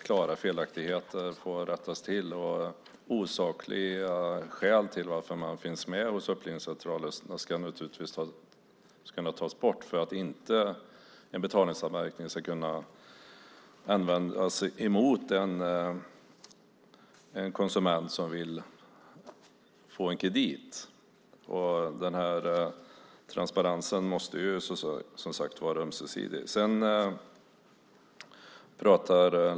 Klara felaktigheter måste rättas till, och osakliga skäl till att någon finns med hos Upplysningscentralen ska tas bort för att en betalningsanmärkning inte ska kunna användas mot en konsument som vill få en kredit. Den här transparensen måste, som sagt var, vara ömsesidig.